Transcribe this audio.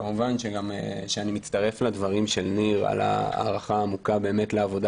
אני מצטרף לדברים של ניר להערכה העמוקה לעבודה